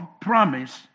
promise